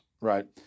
right